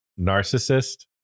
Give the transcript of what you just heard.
narcissist